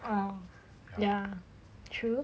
orh ya true